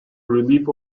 relief